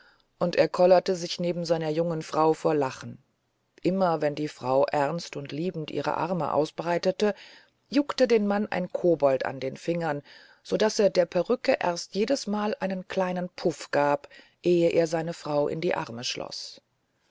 und er kollerte sich neben seiner jungen frau vor lachen immer wenn die frau ernst und liebend ihre arme ausbreitete juckte den mann ein kobold an den fingern so daß er der perücke erst jedesmal einen kleinen puff gab ehe er seine frau in die arme schloß